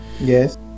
Yes